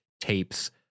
tapes